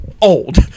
old